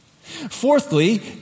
Fourthly